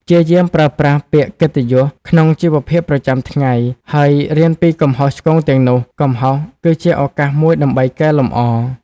ព្យាយាមប្រើប្រាស់ពាក្យកិត្តិយសក្នុងជីវភាពប្រចាំថ្ងៃ ហើយរៀនពីកំហុសឆ្គងទាំងនោះ កំហុសគឺជាឱកាសមួយដើម្បីកែលម្អ។